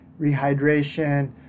rehydration